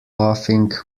laughing